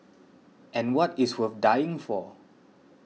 and what is worth dying for